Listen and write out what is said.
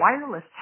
wireless